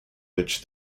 which